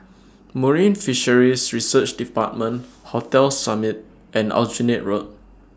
Marine Fisheries Research department Hotel Summit and Aljunied Road